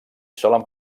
solen